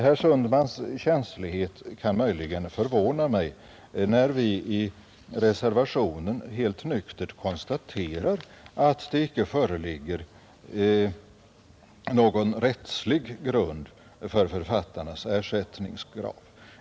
Herr Sundmans känslighet kan möjligen förvåna mig, när vi i reservationen helt nyktert konstaterar att det inte föreligger någon rättslig grund för författarnas ersättningskrav.